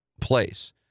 place